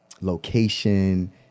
location